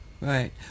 Right